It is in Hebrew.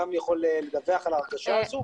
גם הוא יכול לדווח על ההרגשה הזאת.